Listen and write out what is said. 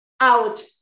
out